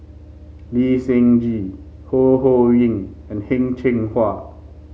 Lee Seng Gee Ho Ho Ying and Heng Cheng Hwa